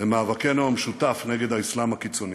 במאבקנו המשותף נגד האסלאם הקיצוני.